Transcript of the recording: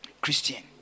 Christian